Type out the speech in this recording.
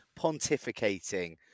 pontificating